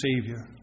Savior